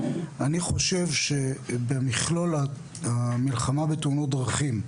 אני חושב שבמכלול המלחמה בתאונות דרכים,